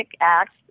acts